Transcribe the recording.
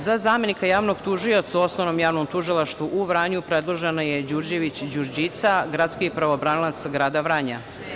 Za zamenika javnog tužioca u Osnovnom javnom tužilaštvu u Vranju predložena je Đurđević Đurđica, gradski pravobranilac grada Vranja.